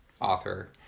author